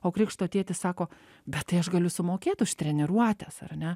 o krikšto tėtis sako bet tai aš galiu sumokėt už treniruotes ar ne